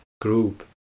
group